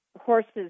horses